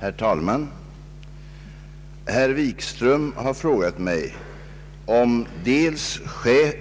Herr talman! Herr Wikström har frågat mig om dels